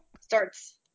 starts